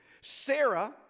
Sarah